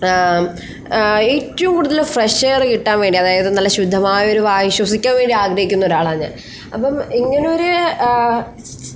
ഏറ്റവും കൂടുതൽ fresh air കിട്ടാൻ വേണ്ടി അതായത് നല്ല ശുദ്ധമായൊരു വായു ശ്വസിക്കാൻ വേണ്ടി ആഗ്രഹിക്കുന്ന ഒരാളാണ് ഞാൻ അപ്പം ഇങ്ങനെയൊര്